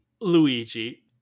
Luigi